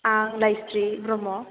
आं लाइस्रि ब्रह्म